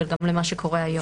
וגם למה שקורה היום.